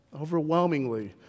overwhelmingly